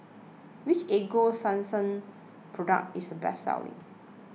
which Ego Sunsense Product is the best selling